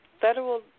federal